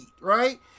right